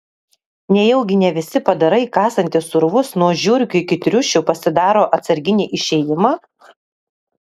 nejaugi ne visi padarai kasantys urvus nuo žiurkių iki triušių pasidaro atsarginį išėjimą